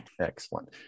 Excellent